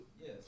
yes